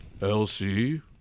Elsie